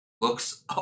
looks